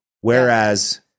Whereas